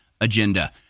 agenda